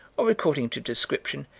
or according to description,